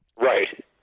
Right